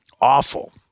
awful